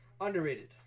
Underrated